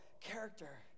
character